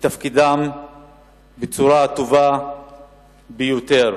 תפקידם בצורה הטובה ביותר.